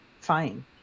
Fine